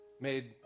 Made